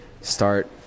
start